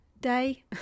day